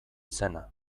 izena